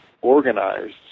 organized